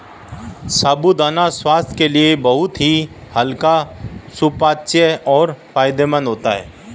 साबूदाना स्वास्थ्य के लिए बहुत ही हल्का सुपाच्य और फायदेमंद होता है